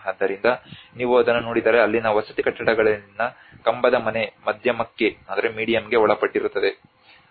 ಆದ್ದರಿಂದ ನೀವು ಅದನ್ನು ನೋಡಿದರೆ ಅಲ್ಲಿನ ವಸತಿ ಕಟ್ಟಡಗಳಲ್ಲಿನ ಕಂಬದ ಮನೆ ಮಧ್ಯಮಕ್ಕೆ ಒಳಪಟ್ಟಿರುತ್ತದೆ